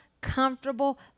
comfortable